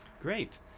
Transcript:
Great